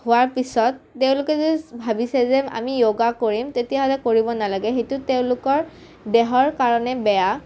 হোৱাৰ পিছত তেওঁলোকে যে ভাবিছে যে আমি য়োগা কৰিম তেতিয়াহ'লে কৰিব নালাগে সেইটো তেওঁলোকৰ দেহৰ কাৰণে বেয়া